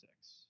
six